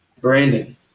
Brandon